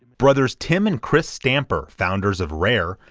brothers tim and chris stamper, founders of rare,